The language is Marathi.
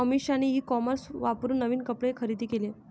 अमिषाने ई कॉमर्स वापरून नवीन कपडे खरेदी केले